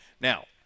now